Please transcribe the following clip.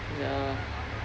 ya